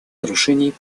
нарушений